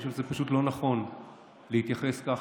אני חושב שזה פשוט לא נכון להתייחס כך